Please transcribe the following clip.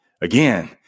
Again